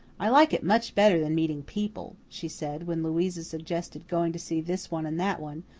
i like it much better than meeting people, she said, when louisa suggested going to see this one and that one,